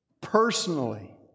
personally